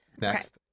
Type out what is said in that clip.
Next